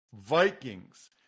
Vikings